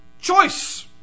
Choice